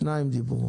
דיברו שניים.